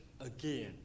again